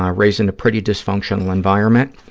um raised in a pretty dysfunctional environment.